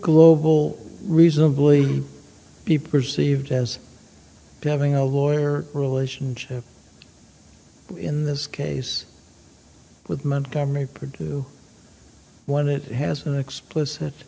global reasonably be perceived as having a lawyer relationship in this case with montgomery purdue when it has an explicit